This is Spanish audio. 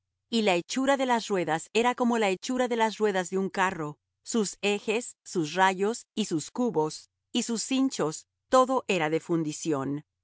y la hechura de las ruedas era como la hechura de las ruedas de un carro sus ejes sus rayos y sus cubos y sus cinchos todo era de fundición